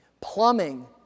Plumbing